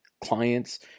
clients